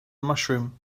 mushroom